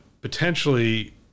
potentially